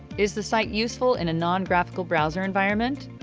is the site useful in a non-graphical browser environment?